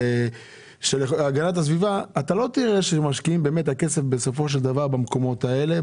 של הגנת הסביבה אתה לא תראה שמשקיעים באמת את הכסף במקומות האלה,